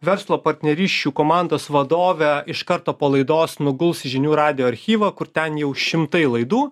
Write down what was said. verslo partnerysčių komandos vadove iš karto po laidos nuguls į žinių radijo archyvą kur ten jau šimtai laidų